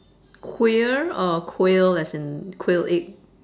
queer or quail as in quail egg